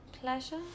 pleasure